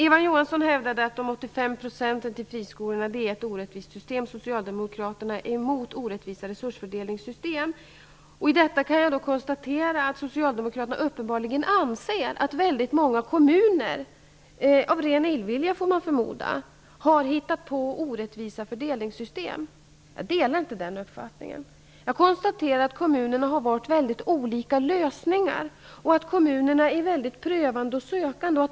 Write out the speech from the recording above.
Eva Johansson hävdade att det är ett orättvist system att ge 85 % till friskolorna och att Socialdemokraterna är emot orättvisa resursfördelningssystem. Då konstarerar jag att Socialdemokraterna uppenbarligen anser att väldigt många kommuner -- av ren illvilja får man förmoda -- har hittat på orättvisa fördelningssystem. Jag delar inte den uppfattningen. Jag konstaterar att kommunerna har valt väldigt olika lösningar och att kommunerna är mycket prövande och sökande.